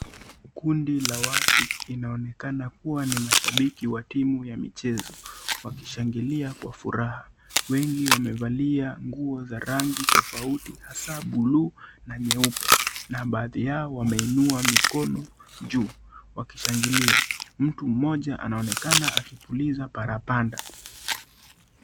Kundi la watu, inaonekana kuwa ni mashabiki wa timu ya michezo wakishangilia kwa furaha, wengi wamefurahia pia nguo za rangi tofauti hasa buluu na nyeupe na baadhi yao wameinua mkono juu wakishangilia mtu mmoja anaonekana akipuliza parapanda.